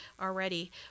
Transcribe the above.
already